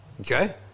okay